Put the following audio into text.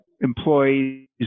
employees